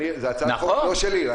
זו הצעת חוק לא שלי.